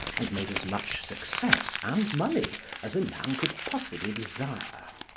and made as much success and money as a man could possibly desire.